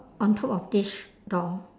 on top of this door